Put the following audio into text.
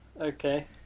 okay